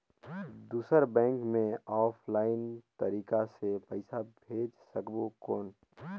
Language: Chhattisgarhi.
दुसर बैंक मे ऑफलाइन तरीका से पइसा भेज सकबो कौन?